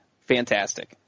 fantastic